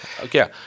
Okay